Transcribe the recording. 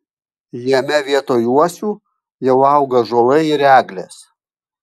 jame vietoj uosių jau auga ąžuolai ir eglės